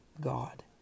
God